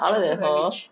other than her